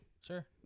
Sure